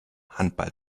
handball